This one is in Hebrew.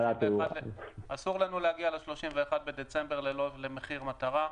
אסור לנו להגיע ל-31 בדצמבר למחיר מטרה.